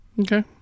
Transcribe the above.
Okay